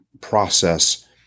process